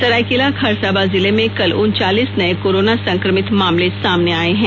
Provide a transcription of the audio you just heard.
सरायकेला खरसावां जिले में कल उनचालीस नए कोरोना संक्रमित मामले सामने आए हैं